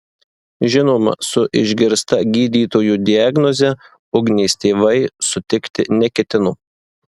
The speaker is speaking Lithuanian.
žinoma su išgirsta gydytojų diagnoze ugnės tėvai sutikti neketino